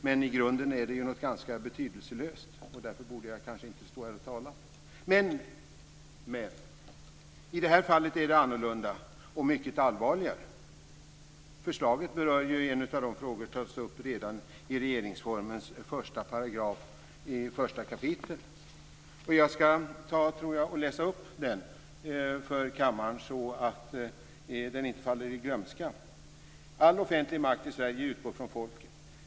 Men i grunden är det ganska betydelselöst, och därför borde jag kanske inte stå här och tala. Men i det här fallet är det annorlunda och mycket allvarligare. Förslaget berör ju en av de frågor som tas upp redan i regeringsformen 1 kap. 1 §. Jag ska läsa upp den för kammaren så att den inte faller i glömska: "All offentlig makt i Sverige utgår från folket.